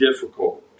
difficult